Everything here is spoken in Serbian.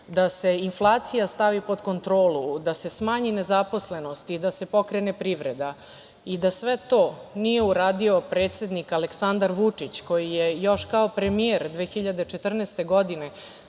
da se inflacija stavi pod kontrolu, da se smanji nezaposlenost i da se pokrene privreda. Da sve to nije uradio predsednik Aleksandar Vučić, koji je još kao premijer 2014. godine